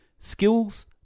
Skills